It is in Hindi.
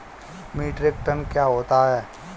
मीट्रिक टन क्या होता है?